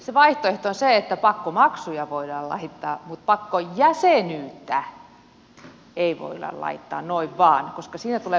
se vaihtoehto on se että pakkomaksuja voidaan laittaa mutta pakkojäsenyyttä ei voida laittaa noin vain koska siinä tulee perustuslaki vastaan